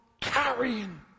carrying